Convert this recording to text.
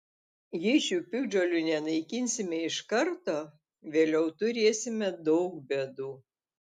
jei šių piktžolių nenaikinsime iš karto vėliau turėsime daug bėdų